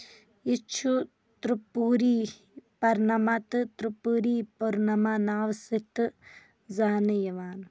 یہِ چھُ تِرٛپوٗری پرنما تہٕ تِرٛپُراری پُرنِما ناوٕ سۭتۍ تہٕ زانٛنہٕ یِوان